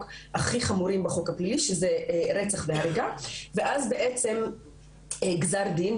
הכי חמורים בחוק הפלילי שזה רצח והריגה ואז גזר דין,